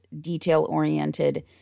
detail-oriented